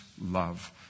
love